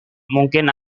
mungkin